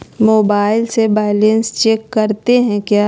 Mobile से balance check करते हैं क्या?